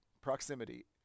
Proximity